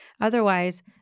Otherwise